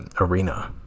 arena